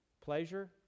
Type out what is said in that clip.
pleasure